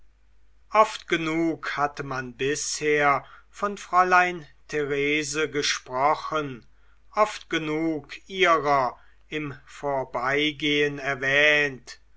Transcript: oft genug hatte man bisher von fräulein therese gesprochen oft genug ihrer im vorbeigehen erwähnt